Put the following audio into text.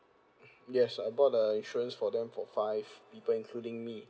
yes I bought uh insurance for them for five people including me